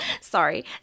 sorry